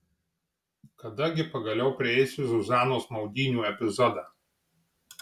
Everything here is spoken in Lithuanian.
kada gi pagaliau prieisiu zuzanos maudynių epizodą